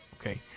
Okay